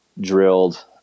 drilled